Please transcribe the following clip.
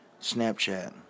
Snapchat